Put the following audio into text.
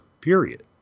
period